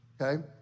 okay